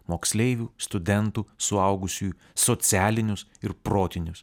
moksleivių studentų suaugusiųjų socialinius ir protinius